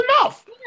enough